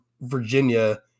Virginia